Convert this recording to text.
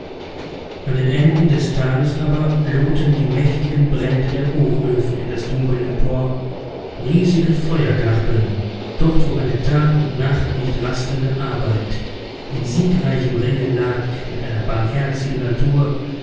an den enden des tales aber lohten die mächtigen brände der hochöfen in das dunkel empor riesige feuergarben dort wo eine tag und nacht nicht rastende arbeit in siegreichem ringen lag mit einer barmherzigen natur